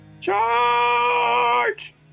Charge